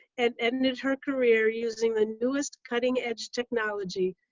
and ended her career using the newest cutting-edge technology,